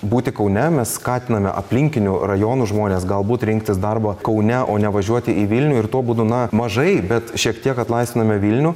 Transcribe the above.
būti kaune mes skatiname aplinkinių rajonų žmones galbūt rinktis darbą kaune o ne važiuoti į vilnių ir tuo būdu na mažai bet šiek tiek atlaisviname vilnių